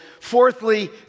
Fourthly